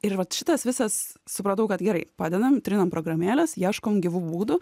ir vat šitas visas supratau kad gerai padedam trinam programėles ieškom gyvų būdų